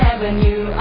Avenue